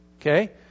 okay